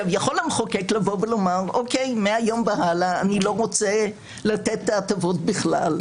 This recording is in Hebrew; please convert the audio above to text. יכול המחוקק לומר שמהיום והלאה הוא לא רוצה לתת את ההטבות בכלל,